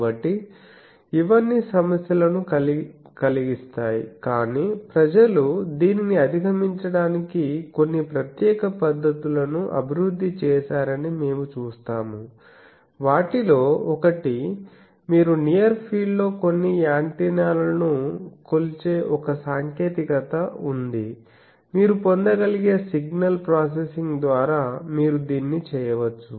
కాబట్టి ఇవన్నీ సమస్యలను కలిగిస్తాయి కాని ప్రజలు దీనిని అధిగమించడానికి కొన్ని ప్రత్యేక పద్ధతులను అభివృద్ధి చేశారని మేము చూస్తాము వాటిలో ఒకటి మీరు నియర్ ఫీల్డ్ లో కొన్ని యాంటెన్నాలను కొలిచే ఒక సాంకేతికత ఉంది మీరు పొందగలిగే సిగ్నల్ ప్రాసెసింగ్ ద్వారా మీరు దీన్ని చేయవచ్చు